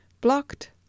Blocked